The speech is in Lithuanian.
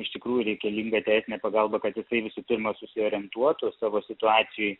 iš tikrųjų reikalinga teisinė pagalba kad jisai visų pirma susiorientuotų savo situacijoj